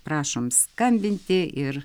prašom skambinti ir